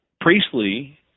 Priestley